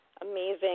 amazing